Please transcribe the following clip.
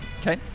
Okay